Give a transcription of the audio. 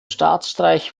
staatsstreich